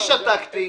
אני שתקתי.